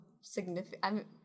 significant